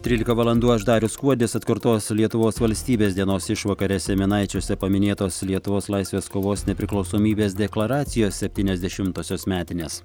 trylika valandų aš darius kuodis atkurtos lietuvos valstybės dienos išvakarėse minaičiuose paminėtos lietuvos laisvės kovos nepriklausomybės deklaracijos septyniasdešimtosios metinės